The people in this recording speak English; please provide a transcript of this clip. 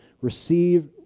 receive